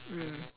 mm